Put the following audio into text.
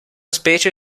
specie